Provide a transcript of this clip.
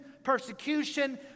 Persecution